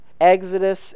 Exodus